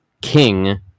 king